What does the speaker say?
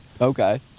okay